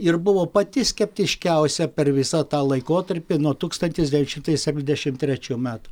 ir buvo pati skeptiškiausia per visą tą laikotarpį nuo tūkstantis devyni šimtai septyniasdešim trečių metų